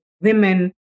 women